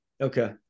Okay